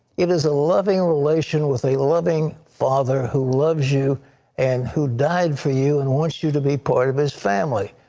it is a loving relationship with a loving father who loves you and who died for you and wants you to be a part of his family.